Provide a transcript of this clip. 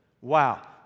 Wow